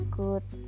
good